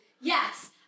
Yes